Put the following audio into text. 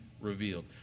revealed